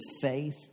faith